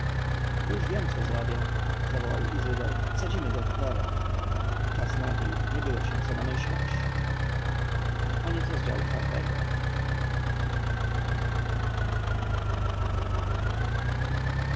już wiem co zrobię zawołał izydor wsadzimy go w worek czas naglił nie było się co namyślać